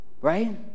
right